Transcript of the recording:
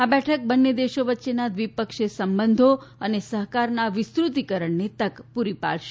આ બેઠક બંને દેશો વચ્ચેના દ્વિપક્ષીય સંબંધો અને સહકારના વિસ્તૃતીકરણની તક પૂરી પાડશે